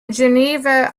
geneva